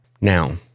Now